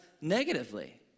negatively